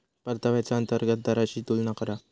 परताव्याच्या अंतर्गत दराशी तुलना करा